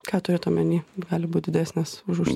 ką turit omeny gali būt didesnės už užs